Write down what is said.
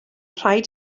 rhaid